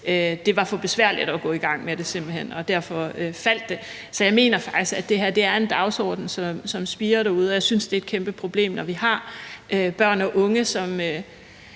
hen for besværligt at gå i gang med det, og derfor faldt det. Så jeg mener faktisk, at det her er en dagsorden, som spirer derude, og jeg synes, det er et kæmpeproblem, når vi har børn og unge, som